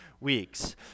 weeks